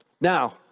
Now